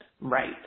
Right